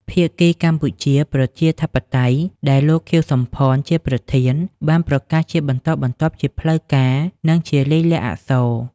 ភាគីកម្ពុជា ប្រជាធិបតេយ្យ ដែលលោក ខៀវ សំផន ជាប្រធាន បានប្រកាសជាបន្តបន្ទាប់ជាផ្លូវការ និងជា លាយលក្ខណ៍អក្សរ។